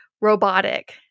robotic